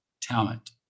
talent